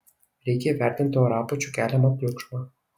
reikia įvertinti orapūčių keliamą triukšmą